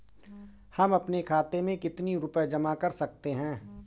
हम अपने खाते में कितनी रूपए जमा कर सकते हैं?